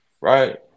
right